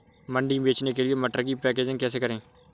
मंडी में बेचने के लिए मटर की पैकेजिंग कैसे करें?